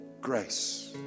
grace